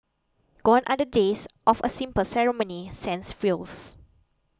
gone are the days of a simple ceremony sans frills